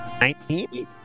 Nineteen